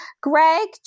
Greg